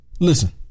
Listen